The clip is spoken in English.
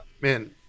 Man